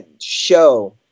show